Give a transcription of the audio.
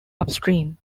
upstream